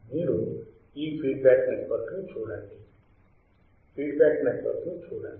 మీరు ఈ feed back network ని చూడండి ఫీడ్ బ్యాక్ నెట్వర్క్ ని చూడండి